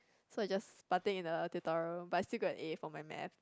so I just partake in the tutorial but I still got an A for my math